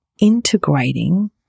integrating